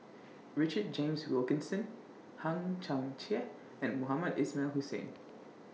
Richard James Wilkinson Hang Chang Chieh and Mohamed Ismail Hussain